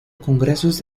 congresos